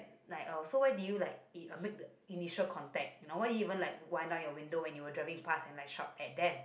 like uh so why did you like make initial contact why even like wipe down your window when you are driving pass and like shout at them